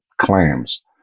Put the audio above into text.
clams